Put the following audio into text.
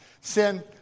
Sin